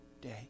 day